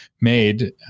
made